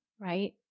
Right